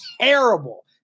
terrible